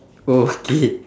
oh K